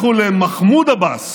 לכו למחמוד עבאס,